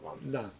no